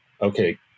okay